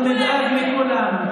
אנחנו נדאג לכולם.